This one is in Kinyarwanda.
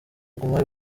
kuguma